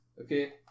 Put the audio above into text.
Okay